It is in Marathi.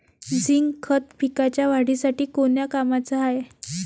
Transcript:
झिंक खत पिकाच्या वाढीसाठी कोन्या कामाचं हाये?